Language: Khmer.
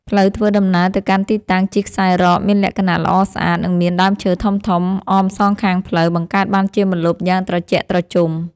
ផ្លូវធ្វើដំណើរទៅកាន់ទីតាំងជិះខ្សែរ៉កមានលក្ខណៈល្អស្អាត និងមានដើមឈើធំៗអមសងខាងផ្លូវ បង្កើតបានជាម្លប់យ៉ាងត្រជាក់ត្រជុំ។